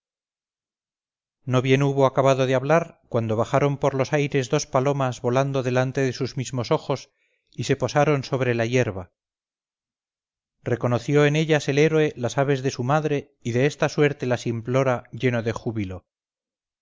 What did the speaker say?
no bien hubo acabado de hablar cuando bajaron por los aires dos palomas volando delante de sus mismos ojos y se posaron sobre la hierba reconoció en ellas el héroe las aves de su madre y de esta suerte las implora lleno de júbilo